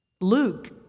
Luke